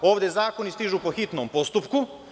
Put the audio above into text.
Ovde zakoni stižu po hitnom postupku.